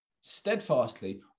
steadfastly